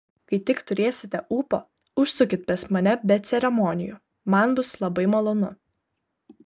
kai tik turėsite ūpo užsukit pas mane be ceremonijų man bus labai malonu